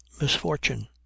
misfortune